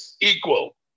equal